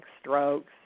strokes